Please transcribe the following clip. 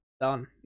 done